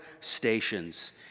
stations